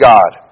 God